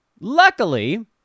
luckily